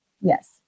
Yes